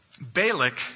Balak